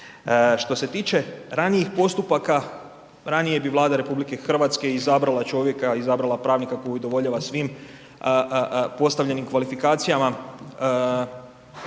Što se tiče ranijih postupaka, ranije bi Vlada RH izabrala čovjeka, izabrala pravnika koji udovoljava svim postavljenim kvalifikacijama